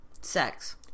sex